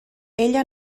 ella